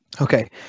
Okay